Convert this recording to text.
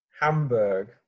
Hamburg